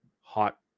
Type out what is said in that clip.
hot